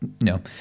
No